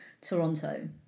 Toronto